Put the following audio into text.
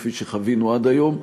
כפי שחווינו עד היום,